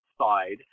side